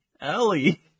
Ellie